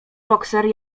bokser